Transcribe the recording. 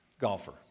golfer